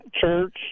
church